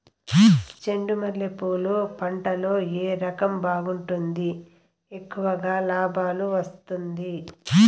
చెండు మల్లె పూలు పంట లో ఏ రకం బాగుంటుంది, ఎక్కువగా లాభాలు వస్తుంది?